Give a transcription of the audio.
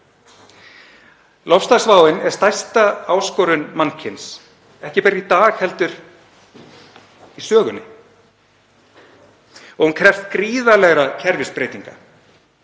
Loftslagsváin er stærsta áskorun mannkyns, ekki bara í dag heldur í sögunni, og hún krefst gríðarlegra kerfisbreytinga.